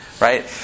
right